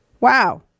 Wow